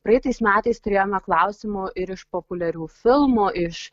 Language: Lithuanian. praeitais metais turėjome klausimų ir iš populiarių filmų iš